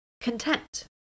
content